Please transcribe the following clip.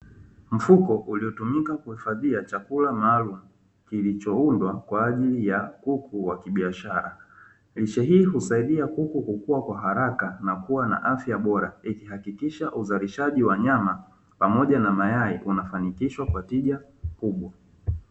Mfuko uliotumika kuhifadhia chakula maalumu kilichoundwa kwa ajili ya kuku wa kibiashara, lishe hii husaidia kuku kukua kwa haraka na kuwa na afya bora ikihakikisha uzalishaji wa nyama pamoja na mayai unafanikishwa kwa tija kubwa.